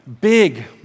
big